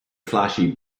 flashy